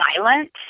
silent